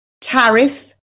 tariff